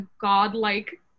godlike